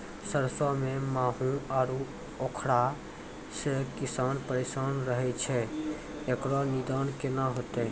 सरसों मे माहू आरु उखरा से किसान परेशान रहैय छैय, इकरो निदान केना होते?